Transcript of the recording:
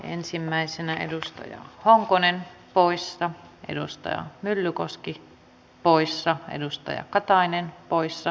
ensimmäisenä edustaja honkonen poissa edustaja myllykoski poissa edustaja katainen poissa